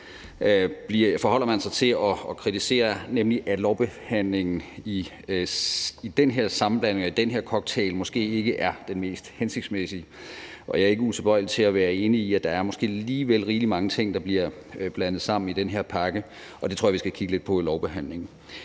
forholder man sig til og kritiserer, nemlig at lovbehandlingen i den her sammenblanding og i den her cocktail måske ikke er den mest hensigtsmæssige, og jeg er ikke utilbøjelig til at være enig i, at der måske lige er rigelig mange ting, der bliver blandet sammen i den her pakke, og det tror jeg vi skal kigge lidt på i lovbehandlingen.